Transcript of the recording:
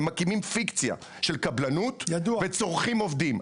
הם מקימים פיקציה של קבלנות וצורכים עובדים.